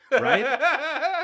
right